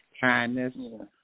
Kindness